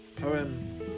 poem